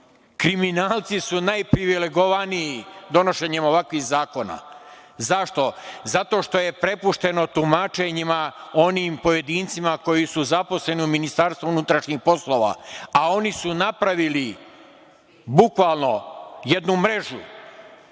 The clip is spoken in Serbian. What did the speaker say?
Kriminalci su najprivilegovaniji donošenjem ovakvih zakona. Zašto? Zato što je prepušteno tumačenjima onim pojedincima koji su zaposleni u MUP-u, a oni su napravili bukvalno jednu mrežu